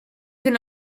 can